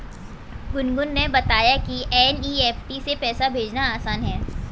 गुनगुन ने बताया कि एन.ई.एफ़.टी से पैसा भेजना आसान है